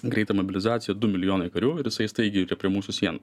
greitą mobilizaciją du milijonai karių ir jisai staigiai prie mūsų sienų